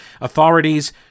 Authorities